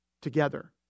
together